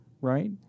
right